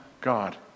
God